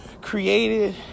created